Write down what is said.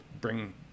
bring